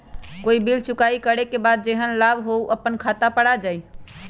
कोई बिल चुकाई करे के बाद जेहन लाभ होल उ अपने खाता पर आ जाई?